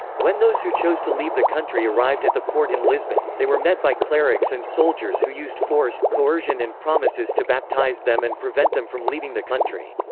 when those who chose to leave the country arrived at the port in lisbon, they were met by clerics and soldiers who used force, coercion and promises to baptize them and prevent them from leaving the country.